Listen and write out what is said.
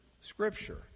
Scripture